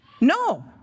No